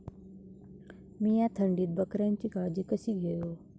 मीया थंडीत बकऱ्यांची काळजी कशी घेव?